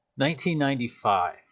1995